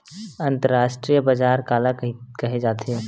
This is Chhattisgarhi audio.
अंतरराष्ट्रीय बजार काला कहे जाथे?